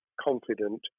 confident